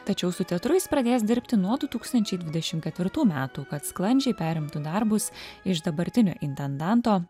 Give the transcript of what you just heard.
tačiau su teatru jis pradės dirbti nuo du tūkstančiai dvidešim ketvirtų metų kad sklandžiai perimtų darbus iš dabartinio intendanto